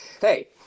hey